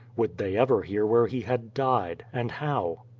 would they ever hear where he had died, and how?